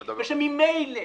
וממילא,